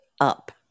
up